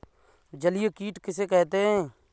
जलीय कीट किसे कहते हैं?